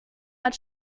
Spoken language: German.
hat